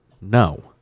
no